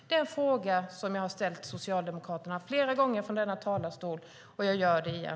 Det är en fråga som jag har ställt till Socialdemokraterna flera gånger från denna talarstol, och jag gör det igen.